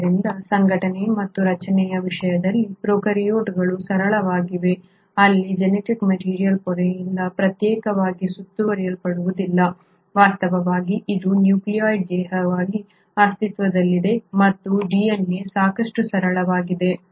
ಆದ್ದರಿಂದ ಸಂಘಟನೆ ಮತ್ತು ರಚನೆಯ ವಿಷಯದಲ್ಲಿ ಪ್ರೊಕಾರ್ಯೋಟ್ಗಳು ಸರಳವಾದವುಗಳಾಗಿವೆ ಅಲ್ಲಿ ಜೆನೆಟಿಕ್ ಮೆಟೀರಿಯಲ್ ಪೊರೆಯಿಂದ ಪ್ರತ್ಯೇಕವಾಗಿ ಸುತ್ತುವರಿಯಲ್ಪಡುವುದಿಲ್ಲ ವಾಸ್ತವವಾಗಿ ಇದು ನ್ಯೂಕ್ಲಿಯಾಯ್ಡ್ ದೇಹವಾಗಿ ಅಸ್ತಿತ್ವದಲ್ಲಿದೆ ಮತ್ತು DNA ಸಾಕಷ್ಟು ಸರಳವಾಗಿದೆ